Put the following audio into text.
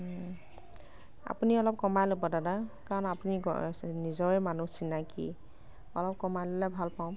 হুম আপুনি অলপ কমাই ল'ব দাদা কাৰণ আপুনি নিজৰে মানুহ চিনাকি অলপ কমাই ল'লে ভাল পাম